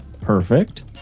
perfect